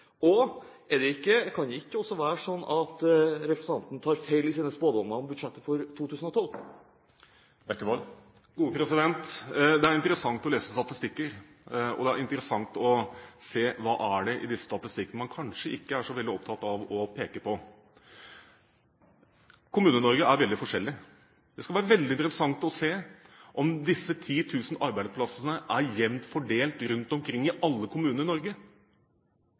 var noe pessimistisk? Og kan det ikke også være sånn at representanten tar feil i sine spådommer om budsjettet for 2012? Det er interessant å lese statistikker, og det er interessant å se hva det er i disse statistikkene man kanskje ikke er så veldig opptatt av å peke på. Kommune-Norge er veldig forskjellig. Det skulle vært veldig interessant å se om disse 10 000 arbeidsplassene er jevnt fordelt rundt omkring i alle kommuner i Norge.